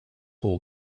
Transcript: for